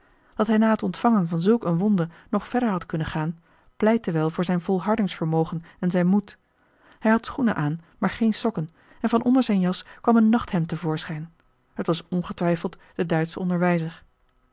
dat hij na het ontvangen van zulk een wonde nog verder had kunnen gaan pleitte wel voor zijn volhardingsvermogen en zijn moed hij had schoenen aan maar geen sokken en van onder zijn jas kwam een nachthemd te voorschijn het was ongetwijfeld de duitsche onderwijzer